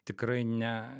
tikrai ne